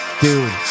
dude